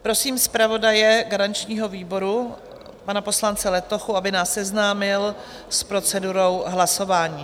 Prosím zpravodaje garančního výboru, pana poslance Letochu, aby nás seznámil s procedurou hlasování.